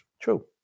True